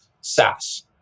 SaaS